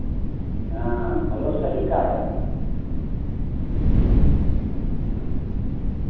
हाँ पड़ोस ही का है हाँ